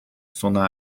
sona